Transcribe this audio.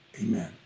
amen